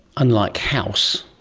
unlike house,